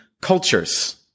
cultures